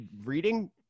reading